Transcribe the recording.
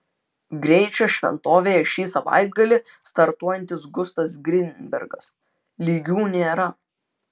greičio šventovėje ši savaitgalį startuojantis gustas grinbergas lygių nėra